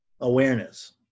Awareness